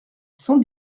cent